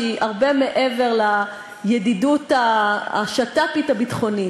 שהיא הרבה מעבר לידידות השת"פית הביטחונית.